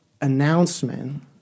announcement